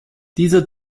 dieser